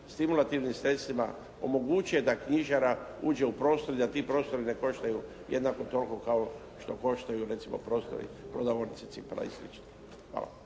stimulativnim sredstvima omoguće da knjižara uđe u prostor i da ti prostori ne koštaju jednako tako kao što koštaju recimo prostori prodavaonice cipela i slično. Hvala.